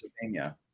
Pennsylvania